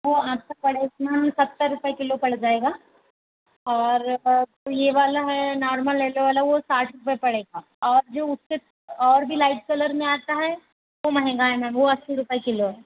वह आपको पड़ेगा सत्तर रूपये किलो पड़ जाएगा और यह वाला है नॉर्मल येलो वाला वो साठ रूपये पड़ेगा और जो उससे और भी लाइट कलर में आता है वो महंगा है मैम वो अस्सी रूपये किलो है